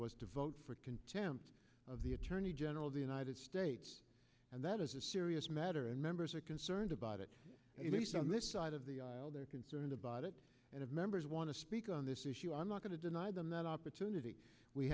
was to vote for contempt of the attorney general of the united states and that is a serious matter and members are concerned about it on this side of the aisle they're concerned about it and if members want to speak on this issue i'm not to deny them that opportunity we